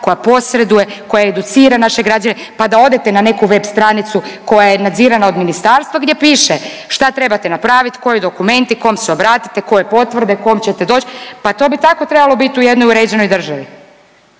koja posreduje, koja educira naše građane, pa da odete na neku web stranicu koja je nadzirana od ministarstva gdje piše šta trebate napraviti, koji dokumenti, kom se obratite, koje potvrde, kom ćete doć, pa to bi tako trebalo biti u jednoj uređenoj državi.